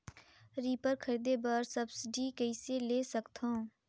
Reaper खरीदे बर subsidy कइसे ले सकथव?